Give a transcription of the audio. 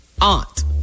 Aunt